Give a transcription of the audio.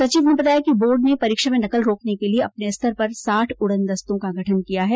सचिव ने बताया कि बोर्ड ने परीक्षा में नकल रोकने के लिए अपने स्तर पर साठ उड़न दस्तों का गठन किया है